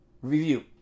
review